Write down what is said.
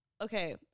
Okay